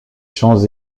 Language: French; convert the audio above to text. champs